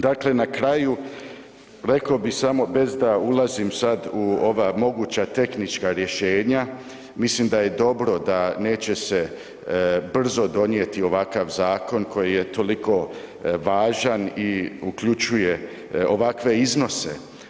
Dakle, na kraju rekao bih samo bez da ulazim u moguća tehnička rješenja, mislim da je dobro da neće se brzo donijeti ovakav zakon koji je toliko važan i uključuje ovakve iznose.